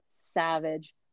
savage